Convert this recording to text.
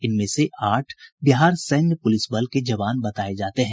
इनमें से आठ बिहार सैन्य पुलिस बल के जवान बताये जाते हैं